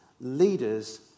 leaders